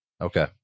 Okay